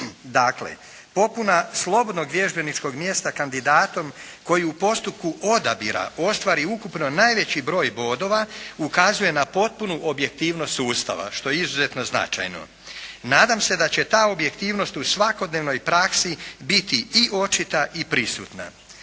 Dakle, popuna slobodnog vježbeničkog mjesta kandidatom koji u postupku odabira ostvari ukupno najveći broj bodova, ukazuje na potpunu objektivnost sustava, što je izuzetno značajno. Nadam se da će ta objektivnost u svakodnevnoj praksi biti i očita i prisutna.